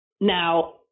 Now